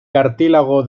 cartílago